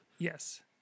Yes